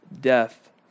death